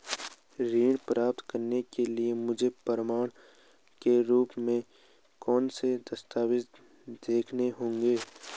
ऋण प्राप्त करने के लिए मुझे प्रमाण के रूप में कौन से दस्तावेज़ दिखाने होंगे?